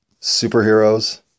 superheroes